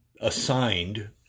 assigned